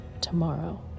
tomorrow